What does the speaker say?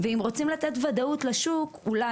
אם רוצים לתת ודאות לשוק אולי